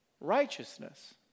righteousness